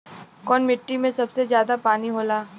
कौन मिट्टी मे सबसे ज्यादा पानी होला?